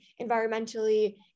environmentally